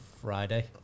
Friday